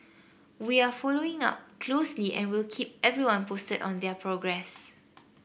we are following up closely and will keep everyone posted on their progress